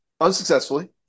unsuccessfully